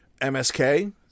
MSK